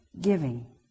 giving